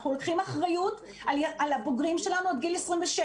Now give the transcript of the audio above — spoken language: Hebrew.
אנחנו לוקחים אחריות על הבוגרים שלנו עד גיל 26,